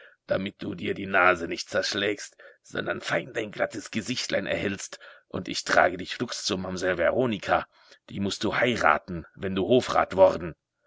damit du dir die nase nicht zerschlägst sondern fein dein glattes gesichtlein erhältst und ich trage dich flugs zur mamsell veronika die mußt du heiraten wenn du hofrat worden